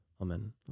Amen